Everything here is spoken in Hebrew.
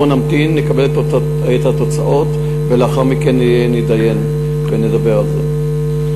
בוא נמתין ונקבל את התוצאות ולאחר מכן נתדיין ונדבר על זה.